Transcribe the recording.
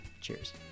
Cheers